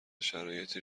شرایطی